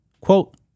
quote